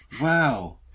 wow